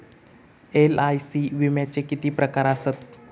LIC विम्याचे किती प्रकार आसत?